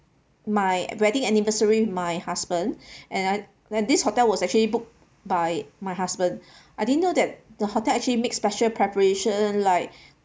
my wedding anniversary with my husband and I this hotel was actually booked by my husband I didn't know that the hotel actually make special preparation like